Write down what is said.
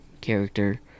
character